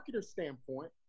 standpoint